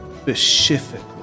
specifically